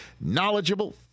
knowledgeable